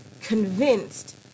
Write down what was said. convinced